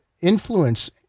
influence